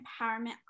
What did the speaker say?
empowerment